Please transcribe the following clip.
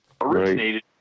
originated